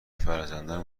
فرزندان